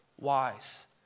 wise